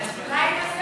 אז אולי נעשה